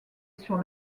sur